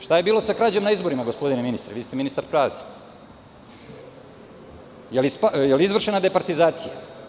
Šta je bilo sa krađom na izborima, gospodine ministre, vi ste ministar pravde, da li je izvršena departizacija?